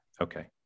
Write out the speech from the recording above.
Okay